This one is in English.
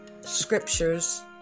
scriptures